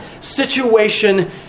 situation